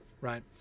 Right